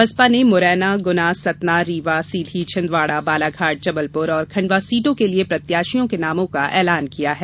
बसपा ने मुरैना गुना सतना रीवा सीधी छिन्दवाड़ा बालाघाट जबलपुर और खंडवा सीटों के लिए प्रत्याशियों के नामों का ऐलान किया है